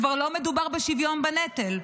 כבר לא מדובר בשוויון בנטל,